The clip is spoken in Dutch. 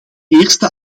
eerste